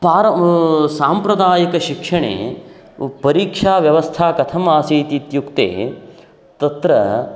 पार साम्प्रदायिकशिक्षणे परीक्षाव्यवस्था कथम् आसीत् इत्युक्ते तत्र